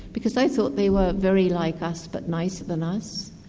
because i thought they were very like us but nicer than us,